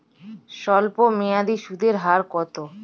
স্বল্পমেয়াদী সুদের হার কত?